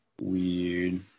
weird